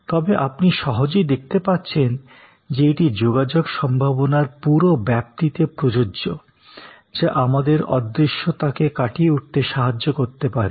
তবে আপনি সহজেই দেখতে পাচ্ছেন যে এটি যোগাযোগ সম্ভাবনার পুরো ব্যাপ্তিতে প্রযোজ্য যা আমাদের অদৃশ্যতাকে কাটিয়ে উঠতে সাহায্য করতে পারে